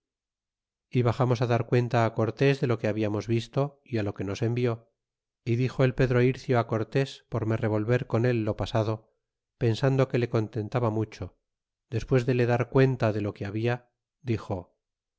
y baxamos á dar cuenta á cortés de lo que hablamos visto é á lo que nos envió y dixo el pedro de ircio cortés por me revolver con él lo pasado pensando que le contentaba mucho despues de le dar cuenta de lo que habla dixo no